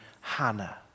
Hannah